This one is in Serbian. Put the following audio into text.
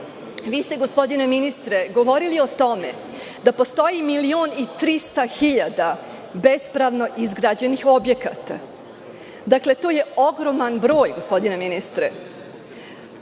ste, gospodine ministre, govorili o tome da postoji milion i 300 hiljada bespravno izgrađenih objekata. To je ogroman broj, gospodine ministre.